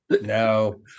No